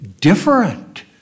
different